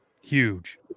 Huge